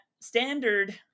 standard